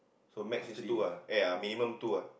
so max is two ah eh ya minimum two ah